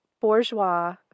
Bourgeois